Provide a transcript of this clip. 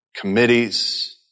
committees